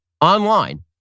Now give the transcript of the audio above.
online